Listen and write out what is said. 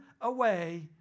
away